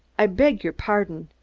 i beg your pardon,